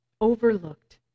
overlooked